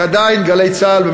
כי עדיין "גלי צה"ל",